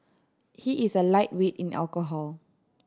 he is a lightweight in alcohol